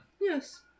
Yes